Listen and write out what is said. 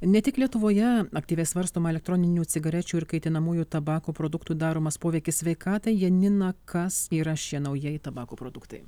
ne tik lietuvoje aktyviai svarstoma elektroninių cigarečių ir kaitinamųjų tabako produktų daromas poveikis sveikatai janina kas yra šie naujieji tabako produktai